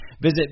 Visit